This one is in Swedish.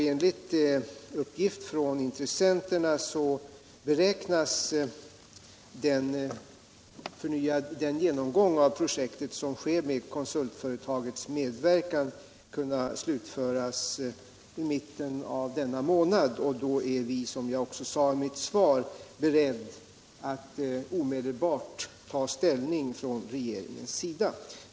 Enligt uppgift från intressenterna beräknas den genomgång av projektet som sker med konsultföretagets medverkan kunna slutföras i mitten av denna månad. Då är vi, som jag också sade i mitt svar, beredda att omedelbart ta ställning från regeringens sida.